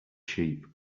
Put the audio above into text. sheep